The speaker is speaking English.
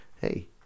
hey